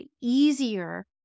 easier